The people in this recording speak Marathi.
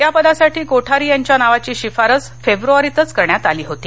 या पदासाठी कोठारी यांच्या नावाची शिफारस फेब्रवारीतच करण्यात आली होती